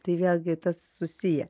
tai vėlgi tas susiję